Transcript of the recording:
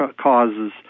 causes